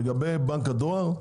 לגבי בנק הדואר,